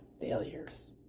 failures